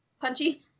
Punchy